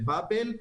באבל,